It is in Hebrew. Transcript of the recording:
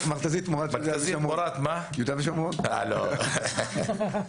עד כאן הדברים שלי.